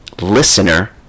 listener